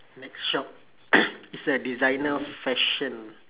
next shop it's a designer fashion